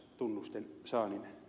arvoisa puhemies